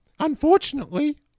Unfortunately